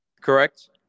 Correct